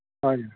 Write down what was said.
ਹਾਂਜੀ